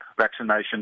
vaccination